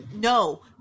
no